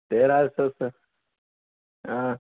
تیرہ سو سے ہاں